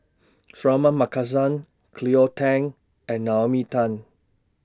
Suratman Markasan Cleo Thang and Naomi Tan